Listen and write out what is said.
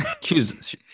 Choose